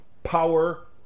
Power